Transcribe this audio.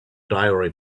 diary